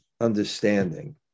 understanding